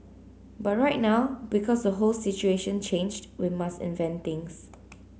but right now because the whole situation changed we must invent things